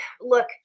look